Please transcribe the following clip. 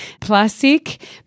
plastic